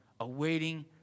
awaiting